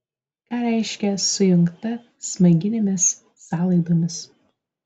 ką reiškia sujungta smaiginėmis sąlaidomis